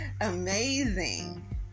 Amazing